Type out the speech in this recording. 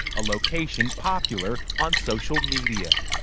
a location popular on social media.